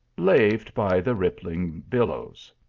laved by the rippling billows.